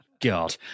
God